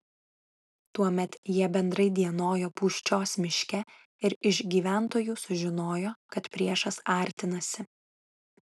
tuomet jie bendrai dienojo pūščios miške ir iš gyventojų sužinojo kad priešas artinasi